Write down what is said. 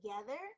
together